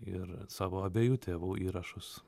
ir savo abiejų tėvų įrašus